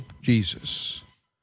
Jesus